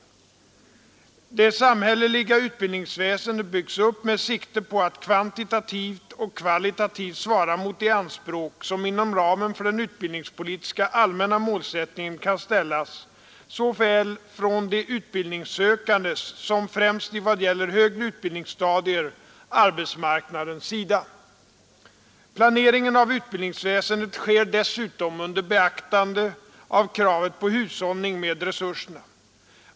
Det samhälleliga utbildningsväsendet byggs upp med sikte på att kvantitativt och kvalitativt svara mot de anspråk som inom ramen för den utbildningspolitiska allmänna målsättningen kan ställas såväl från de utbildningssökandes som, främst i vad gäller högre utbildningsstadier, arbetsmarknadens sida. Planeringen av utbildningsväsendet sker dessutom under beaktande av kravet på hushållning med resurserna.